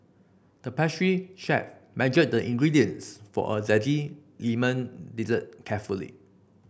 the pastry chef measured the ingredients for a zesty lemon dessert carefully